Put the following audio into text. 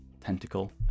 tentacle